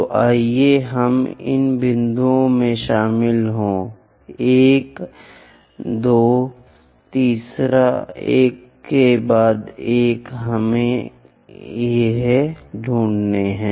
तो आइए हम इन बिंदुओं में शामिल हों 1 एक 2 एक तीसरा एक से एक हम कहीं खो गए हैं